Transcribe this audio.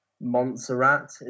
montserrat